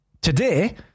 Today